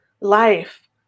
life